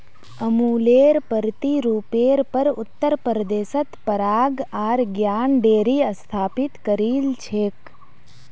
अमुलेर प्रतिरुपेर पर उत्तर प्रदेशत पराग आर ज्ञान डेरी स्थापित करील छेक